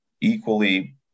equally